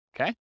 Okay